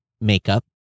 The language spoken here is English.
makeup